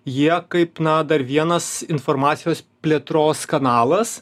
jie kaip na dar vienas informacijos plėtros kanalas